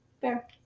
Fair